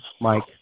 Mike